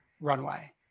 runway